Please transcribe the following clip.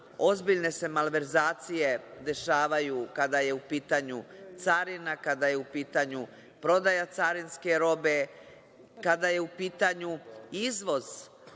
ozbiljne se malverzacije dešavaju kada je u pitanju carina, kada je u pitanju prodaja carinske robe. Kada je u pitanju izvoz